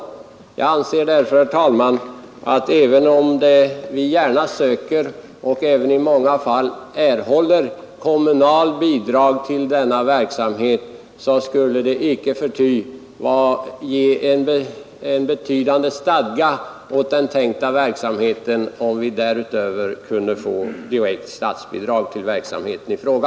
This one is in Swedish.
Jag anser därför, herr talman, att även om vi gärna söker och även i många fall erhåller kommunalt bidrag till denna verksamhet, skulle det icke förty ge en betydande stadga åt den tänkta verksamheten, om vi därutöver kunde få direkt statsbidrag till verksamheten i fråga.